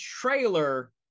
trailer